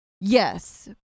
Yes